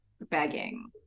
begging